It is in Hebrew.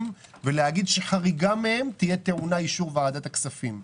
ולהגיד שחריגה מהם תהיה טעונה אישור של ועדת הכספים,